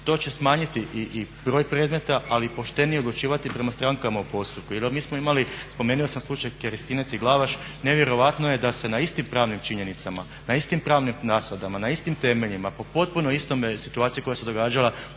to će smanjiti i broj predmeta ali i poštenije odlučivati prema strankama u postupku. Jel mi smo imali, spomenuo sam slučaj Kerestinec i Glavaš, nevjerojatno je da se na istim pravnim činjenicama, na istim pravnim nasadama, na istim temeljima po potpuno istoj situaciji koja se događala